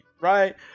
right